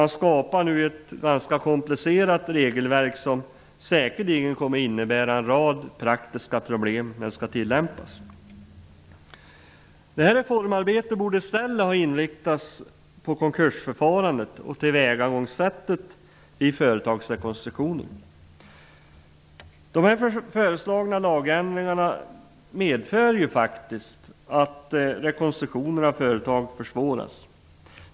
Nu skapas ett ganska komplicerat regelverk som säkerligen kommer att innebära en rad praktiska problem när det skall tillämpas. Det här reformarbetet borde i stället ha inriktats på konkursförfarandet och tillvägagångssättet vid företagsrekonstruktioner. De föreslagna lagändringarna medför ju faktiskt att rekonstruktioner av företag försvåras.